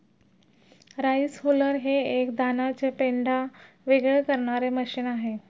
rice huller हे एक धानाचे पेंढा वेगळे करणारे मशीन आहे